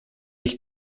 ich